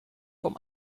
vom